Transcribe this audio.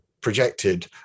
projected